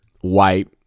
White